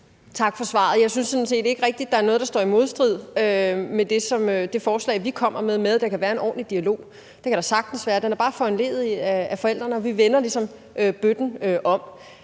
Tak for svaret. Jeg synes sådan set ikke rigtig, der er noget, der er i modstrid med det forslag, vi kommer med, med hensyn til at der kan være en ordentlig dialog. Det kan der sagtens være, den er bare foranlediget af forældrene, og vi vender ligesom